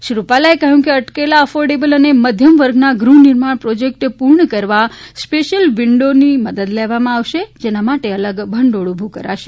શ્રી રૂપાલાએ કહ્યું કે અટકેલા અફોર્ડેબલ અને મધ્યમ વર્ગના ગૃહનિર્માણ પ્રીજેક્ટ પૂર્ણ કરવા સ્પેશ્યલ વિન્ઠોથી મદદ કરવામાં આવશે જેના માટે અલગ ભંડોળ ઉભુ કરાશે